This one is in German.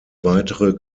weitere